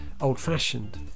old-fashioned